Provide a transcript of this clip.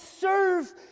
serve